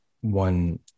one